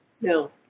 No